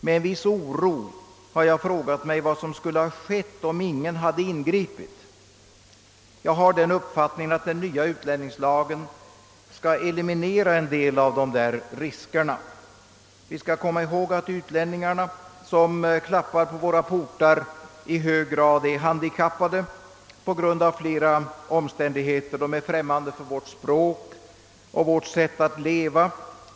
Med viss oro har jag frågat mig vad som skulle ha skett om ingen hade ingripit. Jag har den uppfattningen, att den nya utlänningslagen skall eliminera en del av dessa risker. Vi skall komma ihåg att de utlänningar som klappar på våra portar är handikappade på grund av flera omständigheter. De är främmande för vårt språk och vårt sätt att leva.